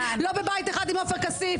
לא בבית אחד עם עופר כסיף,